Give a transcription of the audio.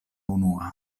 unua